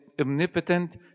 omnipotent